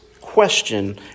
question